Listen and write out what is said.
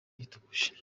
yitukuje